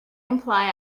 imply